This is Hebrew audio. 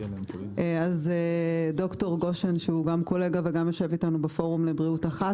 אז ד"ר גושן שהוא גם קולגה וגם יושב איתנו בפורום לבריאות אחת,